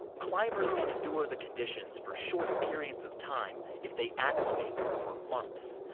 climbers can endure the conditions for short periods of time if they acclimate for months,